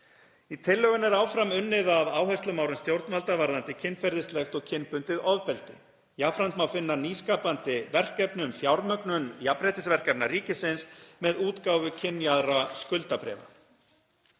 Í tillögunni er áfram unnið að áherslumálum stjórnvalda varðandi kynferðislegt og kynbundið ofbeldi. Jafnframt má finna nýskapandi verkefni um fjármögnun jafnréttisverkefna ríkisins með útgáfu kynjaðra skuldabréfa.